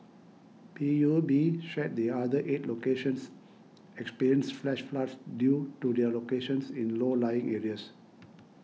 P U B shared the other eight locations experienced flash floods due to their locations in low lying areas